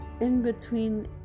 in-between